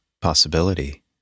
possibility